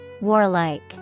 Warlike